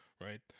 right